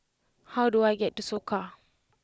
how do I get to Soka